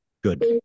Good